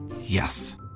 Yes